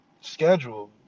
schedule